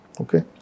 Okay